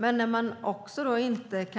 Men om man inte